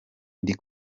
ndi